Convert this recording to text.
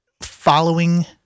following